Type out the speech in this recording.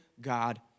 God